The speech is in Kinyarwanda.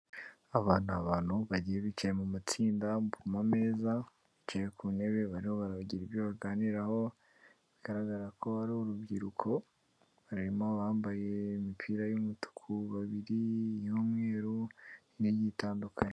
Abantu abantu bagiye bicaye mu matsinda mu meza, bicaye ku ntebe barimo barabagira ibyo baganiraho, bigaragara ko ari urubyiruko harimo abambaye imipira y'imituku babiri, iy'umweru n'igiye itandukanye.